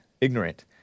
ignorant